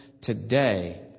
Today